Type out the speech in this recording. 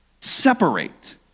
separate